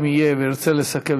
אם יהיה וירצה לסכם,